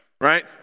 right